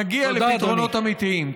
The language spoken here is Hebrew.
נגיע לפתרונות אמיתיים.